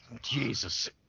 Jesus